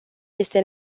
este